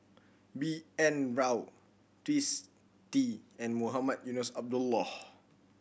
B N Rao Twisstii and Mohamed Eunos Abdullah